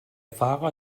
fahrer